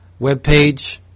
webpage